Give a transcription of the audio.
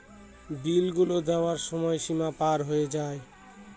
বিল গুলো দেওয়ার সময় সীমা পার হয়ে যাবে